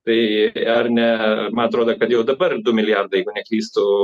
tai ar ne man atrodo kad jau dabar du milijardai jeigu neklystu